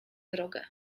drogę